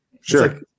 Sure